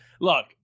Look